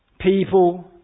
People